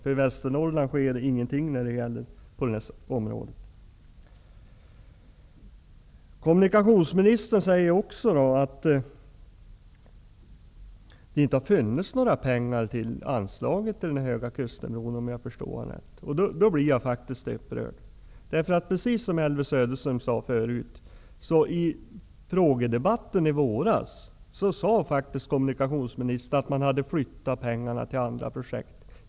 I Västernorrland händer ingenting på detta område. Kommunikationsministern säger också att det inte har funnits några pengar anslagna till Höga kustenbron. Därför blir jag faktiskt upprörd. I frågedebatten i våras -- som Elvy Söderström sade förut -- sade faktiskt kommunikationsministern att man hade flyttat pengarna till andra projekt.